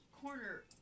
corner